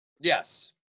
yes